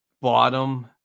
bottom